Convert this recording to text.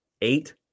eight